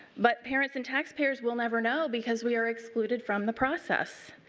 but parents and taxpayers will never know because we are excluded from the process.